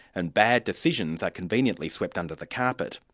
and bad decisions are conveniently swept under the carpet.